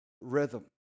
rhythm